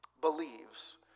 believes